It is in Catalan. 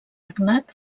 regnat